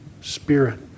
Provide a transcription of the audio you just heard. Spirit